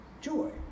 joy